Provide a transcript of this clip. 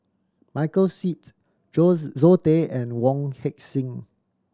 Michael Seet Zoe Tay and Wong Heck Sing